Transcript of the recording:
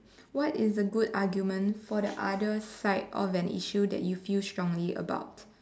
what is a good argument for the other side of an issue that you feel strongly about